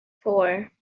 four